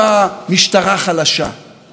למי עוד יותר טובה משטרה חלשה?